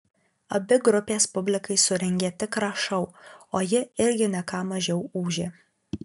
abi grupės publikai surengė tikrą šou o ji irgi ne ką mažiau ūžė